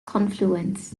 confluence